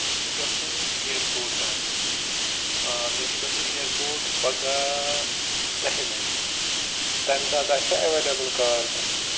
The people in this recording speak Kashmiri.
مےٚ چھُ گَژھُن ایرپوٹ تام آ مےٚ چھُ گَژھُن ایرپوٹ پَگاہ دَہہِ بَجہِ تَمہِ ساتہٕ آسیٛا ایٚویلیبُل کار تُہٕنٛز